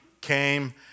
came